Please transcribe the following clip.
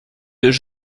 deux